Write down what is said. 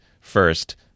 first